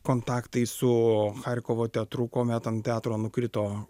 kontaktai su charkovo teatru kuomet ant teatro nukrito